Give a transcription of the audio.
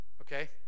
okay